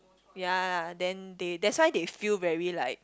ya then they that's why they feel very like